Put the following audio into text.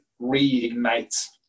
reignite